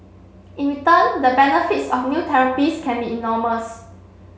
in return the benefits of new therapies can be enormous